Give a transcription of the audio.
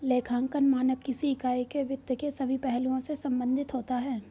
लेखांकन मानक किसी इकाई के वित्त के सभी पहलुओं से संबंधित होता है